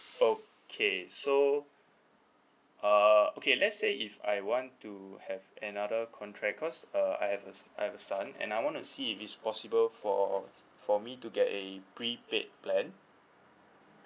okay so uh okay let's say if I want to have another contract cause uh I have a I have a son and I wanna see if it's possible for for me to get a prepaid plan